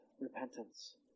repentance